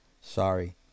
sorry